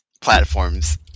platforms